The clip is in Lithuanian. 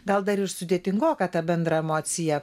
gal dar ir sudėtingo tą bendrą emociją